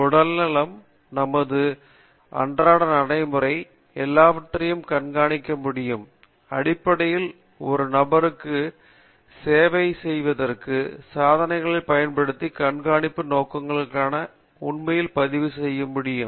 உடல்நலம் நமது அன்றாட நடைமுறை எல்லாவற்றையும் கண்காணிக்க முடியும் அடிப்படையில் ஒரு நபருக்கு சேவை செய்வதற்கு சாதனங்களைப் பயன்படுத்தி கண்காணிப்பு நோக்கங்களுக்காக உண்மையில் பதிவு செய்ய முடியும்